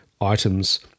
items